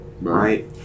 right